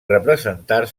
representar